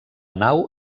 nau